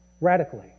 radically